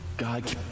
God